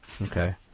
Okay